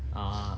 ah